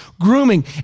grooming